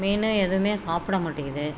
மீன் எதுவுமே சாப்பிட மாட்டிக்கிது